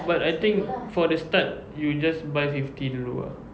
but I think for the start you just buy fifty dulu ah